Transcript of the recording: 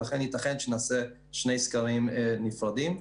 ולכן ייתכן שנעשה שני סקרים נפרדים.